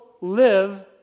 live